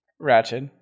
ratchet